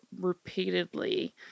repeatedly